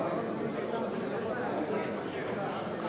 בעקבות הדיון שהתפתח